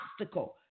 obstacle